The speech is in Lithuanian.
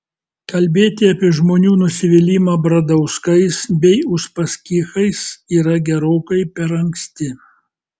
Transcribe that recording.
kalbėti apie žmonių nusivylimą bradauskais bei uspaskichais yra gerokai per anksti